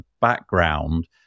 background